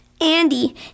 Andy